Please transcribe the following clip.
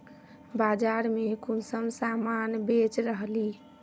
बाजार में कुंसम सामान बेच रहली?